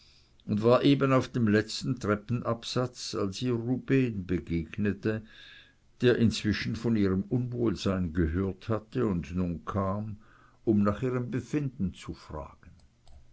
und war eben auf dem letzten treppenabsatz als ihr rubehn begegnete der inzwischen von ihrem unwohlsein gehört hatte und nun kam um nach ihrem befinden zu fragen